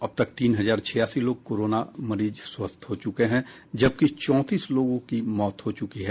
अब तक तीन हजार छियासी कोरोना मरीज स्वस्थ हो चुके हैं जबकि चौंतीस लोगों की मौत हो चूकी है